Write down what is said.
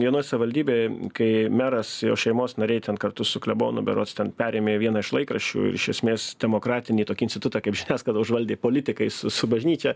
vienoj savaldybėj kai meras jo šeimos nariai ten kartu su klebonu berods ten perėmė vieną iš laikraščių iš esmės demokratinį tokį institutą kaip žiniasklaida užvaldė politikai su su bažnyčia